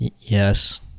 Yes